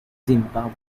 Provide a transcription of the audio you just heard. zimbabwe